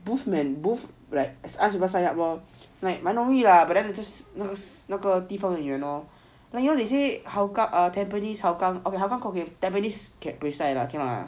booth man booth like ask people sign up lor like 蛮容易 lah but 那个地方很远 lor and you know that they say hougang tampines hougang tampines buay sai lah cannot lah